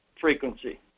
frequency